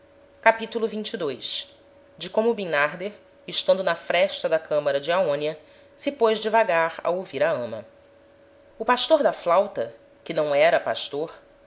mudança capitulo xxii de como bimnarder estando na fresta da camara de aonia se pôs devagar a ouvir a ama o pastor da flauta que não era pastor